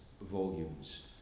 volumes